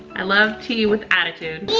i love tea with attitude.